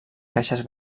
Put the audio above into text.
caixes